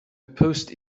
post